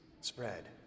spread